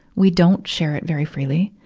we don't share it very freely,